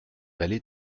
vallée